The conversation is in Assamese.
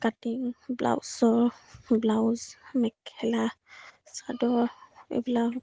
কাটিং ব্লাউজৰ ব্লাউজ মেখেলা চাদৰ এইবিলাক